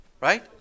Right